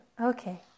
Okay